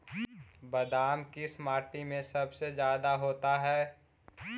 बादाम किस माटी में सबसे ज्यादा होता है?